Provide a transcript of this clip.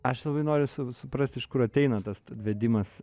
aš labai noriu su suprast iš kur ateina tas vedimas